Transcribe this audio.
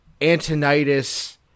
Antonitis